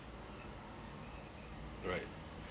right